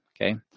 okay